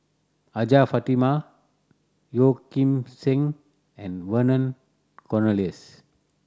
Hajjah Fatimah Yeo Kim Seng and Vernon Cornelius